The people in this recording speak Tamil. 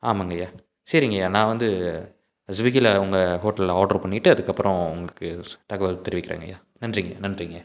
ஆமாங்கய்யா சரிங்கய்யா நான் வந்து ஸ்விகில் உங்கள் ஹோட்டலில் ஆட்ரு பண்ணிகிட்டு அதுக்கப்புறம் உங்களுக்கு தகவல் தெரிவிக்கிறேங்கய்யா நன்றிங்கய்யா நன்றிங்கய்யா